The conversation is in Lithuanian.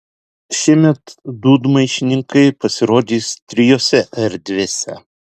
šiemet dūdmaišininkai pasirodys trijose erdvėse